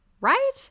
Right